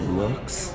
looks